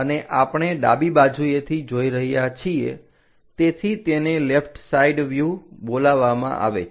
અને આપણે ડાબી બાજુએથી જોઈ રહ્યા છીએ તેથી તેને લેફ્ટ સાઈડ વ્યૂહ બોલાવવામાં આવે છે